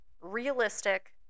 realistic